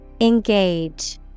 Engage